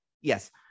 yes